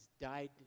died